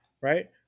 right